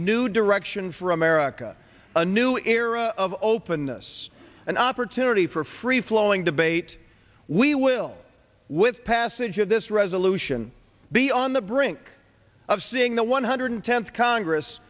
new direction for america a new era of openness an opportunity for a free flowing debate we will with passage of this resolution be on the brink of seeing the one hundred tenth congress